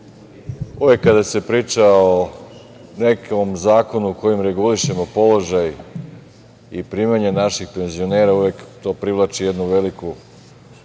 uvek kada se priča o nekom zakonu kojim regulišemo položaj i primanja naših penzionera, uvek to privlači jednu veliku